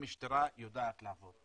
המשטרה יודעת לעבוד,